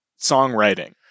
songwriting